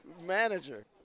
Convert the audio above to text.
manager